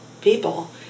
people